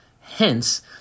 Hence